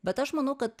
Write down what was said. bet aš manau kad